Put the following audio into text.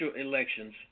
elections